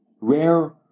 rare